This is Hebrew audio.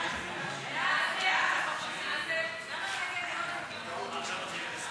65, שני מתנגדים, אין נמנעים.